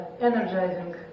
energizing